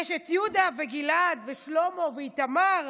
יש יהודה וגלעד ושלמה ואיתמר